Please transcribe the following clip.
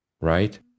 right